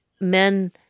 men